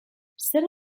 zer